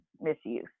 misuse